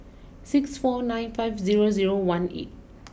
six four nine five zero zero one eight